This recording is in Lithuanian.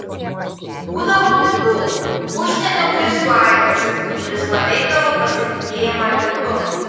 būdavo kitų užsienio krizių aidas kuris paveikdavo pasitikėjimą litu